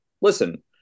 listen